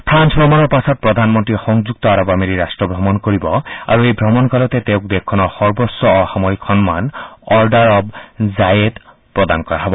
ফ্ৰাল ভ্ৰমণৰ পাছত প্ৰধানমন্নীয়ে সংযুক্ত আৰব আমিৰি ৰাট্ট ভ্ৰমণ কৰিব আৰু এই ভ্ৰমণকালতে তেওঁক দেশখনৰ সৰ্বোচ্চ অসামৰিক সন্মান অৰ্ডাৰ অৱ জায়েদ প্ৰদান কৰা হব